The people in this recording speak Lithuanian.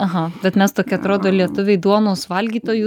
aha bet mes tokie atrodo lietuviai duonos valgytojų